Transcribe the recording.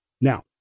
Now